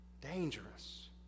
dangerous